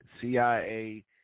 CIA